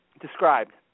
described